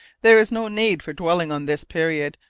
there is no need for dwelling on this period,